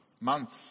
months